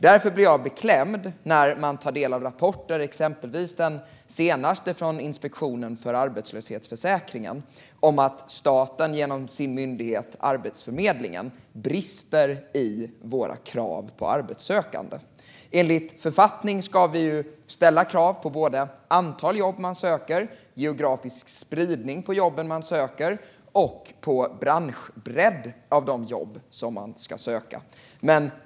Därför blir jag beklämd när jag tar del av den senaste rapporten från Inspektionen för arbetslöshetsförsäkringen om att staten genom sin myndighet Arbetsförmedlingen brister i sina krav på arbetssökande. Enligt författningen ska staten ställa krav på såväl antal jobb de söker som geografisk spridning och branschbredd på de jobb de söker.